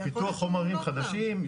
בפיתוח חומרים חדשים,